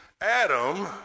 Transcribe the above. Adam